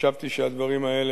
חשבתי שהדברים האלה,